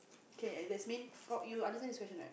kay and there's mean cock you understand this question right